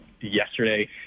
yesterday